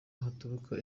haturuka